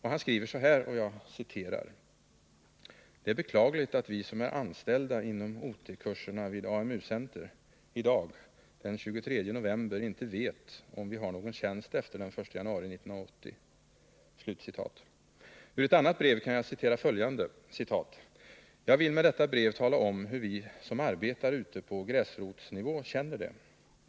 Han skriver så här: ”Det är beklagligt att vi som är anställda inom OT-kurserna vid AMU center, i dag den 23 november inte vet om vi har någon tjänst efter den 1 januari 1980.” Ur ett annat brev kan jag citera följande: ”Jag vill med detta brev tala om hur vi som arbetar ute på ”gräsrotsnivå” känner det.